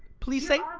please say